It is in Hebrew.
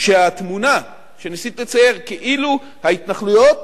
שהתמונה שניסית לצייר כאילו ההתנחלויות